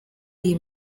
iyi